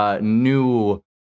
new